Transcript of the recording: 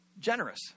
generous